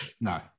no